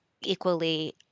equally